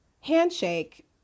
Handshake